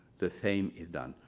the same is done.